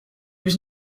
was